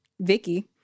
Vicky